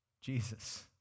Jesus